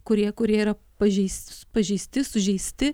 kurie kurie yra pažeis pažeisti sužeisti